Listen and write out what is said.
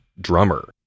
drummer